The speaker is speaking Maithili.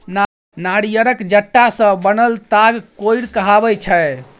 नारियरक जट्टा सँ बनल ताग कोइर कहाबै छै